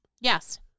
Yes